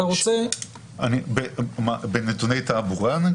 בנתוני תעבורה?